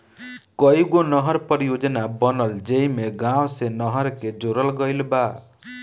कईगो नहर परियोजना बनल जेइमे गाँव से नहर के जोड़ल गईल बा